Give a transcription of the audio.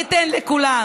ניתן לכולם,